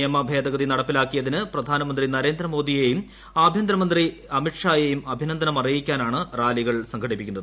നിയമ ഭേദഗതി നടപ്പിലാക്കിയതിന് പ്രധാനമന്ത്രി നരേന്ദ്രമോദിയെയും ആഭ്യന്തരമന്ത്രി അമിത് ഷായെയും അഭിനന്ദനമറിയിക്കാ നാണ് റാലികൾ സംഘടിപ്പിക്കുന്നത്